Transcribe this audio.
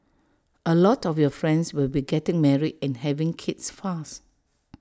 A lot of your friends will be getting married and having kids fast